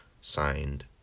signed